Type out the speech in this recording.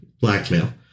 blackmail